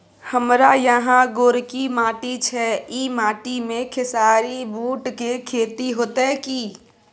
हमारा यहाँ गोरकी माटी छै ई माटी में खेसारी, बूट के खेती हौते की?